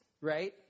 right